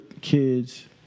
kids